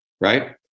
Right